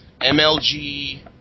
MLG